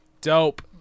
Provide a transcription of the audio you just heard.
Dope